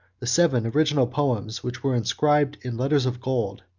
the seven original poems which were inscribed in letters of gold,